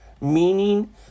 Meaning